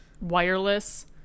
wireless